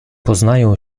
poznają